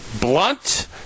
blunt